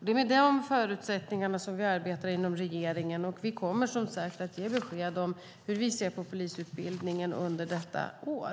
Det är med de förutsättningarna vi arbetar inom regeringen. Vi kommer som sagt att ge besked om hur vi ser på polisutbildningen under detta år.